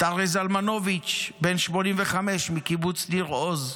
את אריה זלמנוביץ', בן 85 מקיבוץ ניר עוז,